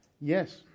Yes